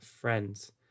friends